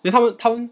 then 他们他们